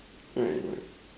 alright alright